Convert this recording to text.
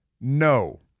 No